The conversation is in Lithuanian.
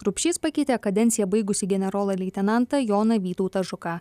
rupšys pakeitė kadenciją baigusį generolą leitenantą joną vytautą žuką